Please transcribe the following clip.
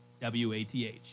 W-A-T-H